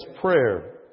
prayer